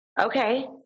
okay